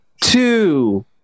two